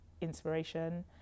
inspiration